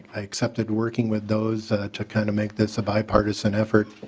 accepted working with those two kinda make this a bipartisan effort.